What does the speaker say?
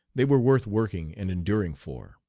they were worth working and enduring for.